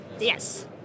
Yes